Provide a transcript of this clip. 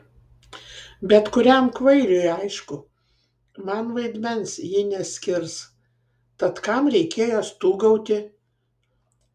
bet kuriam kvailiui aišku man vaidmens ji neskirs tad kam reikėjo stūgauti